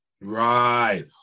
Right